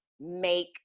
make